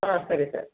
ಹಾಂ ಸರಿ ಸರ್